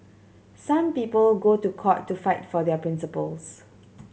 some people go to court to fight for their principles